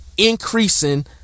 increasing